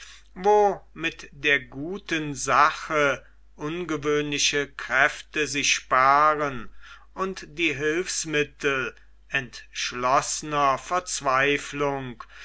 wo mit der guten sache ungewöhnliche kräfte sich paaren und die hilfsmittel entschlossener verzweiflung